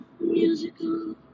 musical